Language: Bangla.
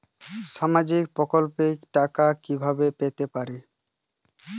সামাজিক প্রকল্পের টাকা কিভাবে পেতে পারি?